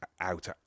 out